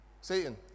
Satan